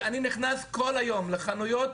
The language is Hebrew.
אני נכנס כל היום לחנויות.